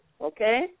Okay